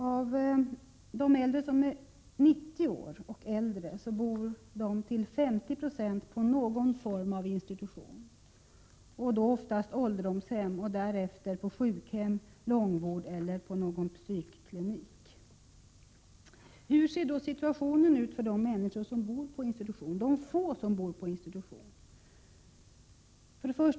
Av de människor som är 90 år och äldre bor 50 96 på någon form av institution, oftast ålderdomshem och därefter sjukhem, långvård eller någon psykklinik. Hur ser då situationen ut för de få människor som bor på institution?